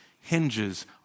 hinges